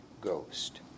Ghost